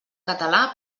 català